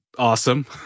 awesome